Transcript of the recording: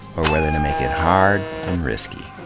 or whether to make it hard and risky.